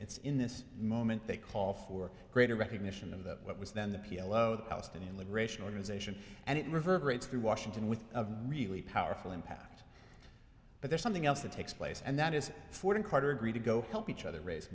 it's in this moment they call for greater recognition of the what was then the p l o the palestinian liberation organization and it reverberates through washington with a really powerful impact but there's something else that takes place and that is ford and carter agreed to go help each other raise